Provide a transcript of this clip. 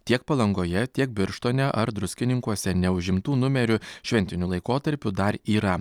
tiek palangoje tiek birštone ar druskininkuose neužimtų numerių šventiniu laikotarpiu dar yra